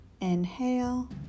Inhale